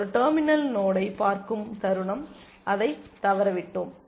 ஒரு டெர்மினல் நோடை பார்க்கும் தருணம் அதை தவறவிட்டோம்